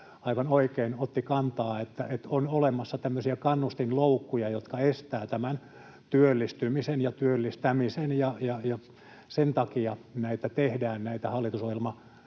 aivan oikein otti kantaa, että on olemassa tämmöisiä kannustinloukkuja, jotka estävät työllistymisen ja työllistämisen, ja sen takia nyt tehdään näitä hallitusohjelmakirjauksia